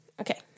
okay